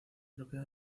propia